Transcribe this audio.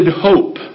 hope